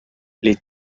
les